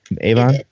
avon